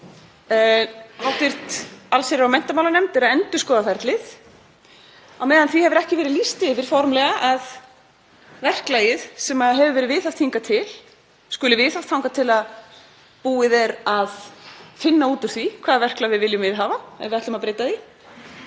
hv. allsherjar- og menntamálanefnd er að endurskoða ferlið — á meðan því hefur ekki verið lýst yfir formlega að verklagið sem viðhaft hefur verið hingað til skuli viðhaft þangað til búið er að finna út úr því hvaða verklag við viljum viðhafa ef við ætlum að breyta því,